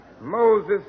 Moses